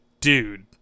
dude